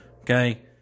Okay